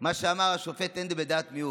מה שאמר השופט הנדל בדעת מיעוט: